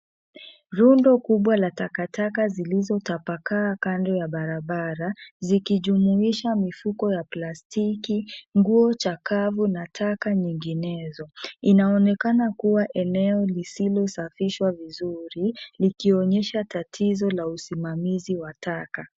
Rundo kubwa la takataka zilizotapakaa kando ya barabara, zikijumuisha mifuko ya plastiki, nguo chakavu na taka nyinginezo. Inonekana kuwa eneo lisilosafishwa vizuri, likionyesha tatizo la usimamizi wa taka.